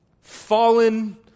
fallen